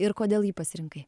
ir kodėl jį pasirinkai